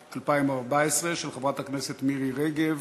התשע"ד-2014, של חברת הכנסת מירי רגב